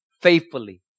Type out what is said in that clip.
Faithfully